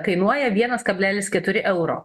kainuoja vienas kablelis keturi euro